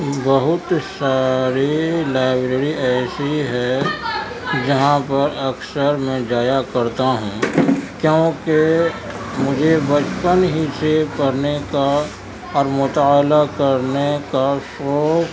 بہت ساری لائبریری ایسی ہے جہاں پر اکثر میں جایا کرتا ہوں کیونکہ مجھے بچپن ہی سے پڑھنے کا اور مطالعہ کرنے کا شوق